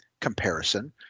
comparison